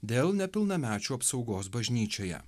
dėl nepilnamečių apsaugos bažnyčioje